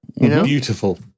Beautiful